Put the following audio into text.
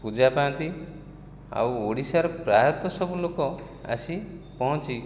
ପୂଜା ପାଆନ୍ତି ଆଉ ଓଡ଼ିଶାର ପ୍ରାୟତଃ ସବୁ ଲୋକ ଆସି ପହଁଞ୍ଚି